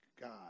God